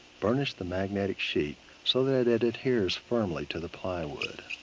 burnish the magnetic sheet so that it adheres firmly to the plywood.